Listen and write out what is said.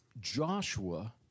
Joshua